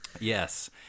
yes